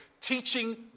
teaching